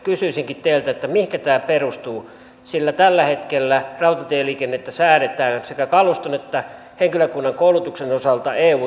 kysyisinkin teiltä mihinkä tämä perustuu sillä tällä hetkellä rautatieliikennettä säädetään sekä kaluston että henkilökunnan koulutuksen osalta eu tasoisesti